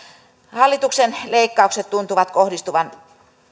hallituksen leikkaukset tuntuvat kohdistuvan